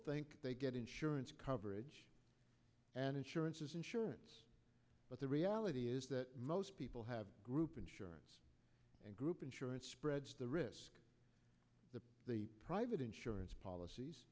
think they get insurance coverage and insurances insurance but the reality is that most people have group insurance and group insurance spreads the risk that the private insurance policies